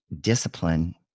discipline